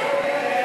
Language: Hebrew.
לשנת התקציב 2015,